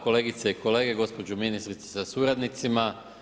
Kolegice i kolege, gospođo ministrice sa suradnicima.